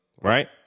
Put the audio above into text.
right